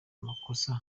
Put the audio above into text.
amakosa